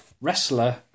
wrestler